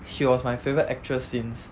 she was my favourite actress since